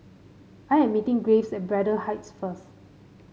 I am meeting Graves at Braddell Heights first